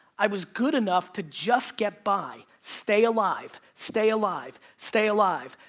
i was good enough to just get by, stay alive, stay alive, stay alive.